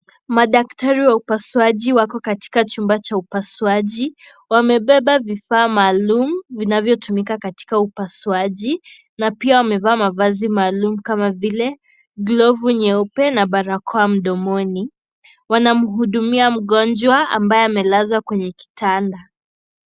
Madaktari wa upasuaji wako katika chumba cha upasuaji. Wamebeba vifaa maalum vinavyotumika katika upasuaji na pia wamevaa mavazi maalum kama vile glovu nyeupe, na barakoa mdomoni. Wanamhudumia mgonjwa ambaye amelazwa kwenye kitanda.